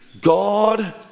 God